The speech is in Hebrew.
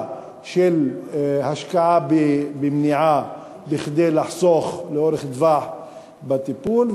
של השקעה במניעה כדי לחסוך לאורך זמן בטיפול,